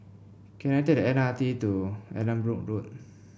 can I take the M R T to Allanbrooke Road